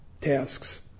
tasks